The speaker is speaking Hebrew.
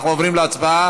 אנחנו עוברים להצבעה.